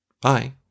Bye